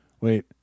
Wait